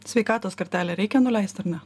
sveikatos kartelę reikia nuleist ar ne